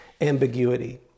ambiguity